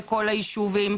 בכל היישובים,